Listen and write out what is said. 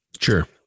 Sure